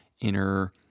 inner